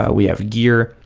ah we have gear,